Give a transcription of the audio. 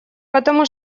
потому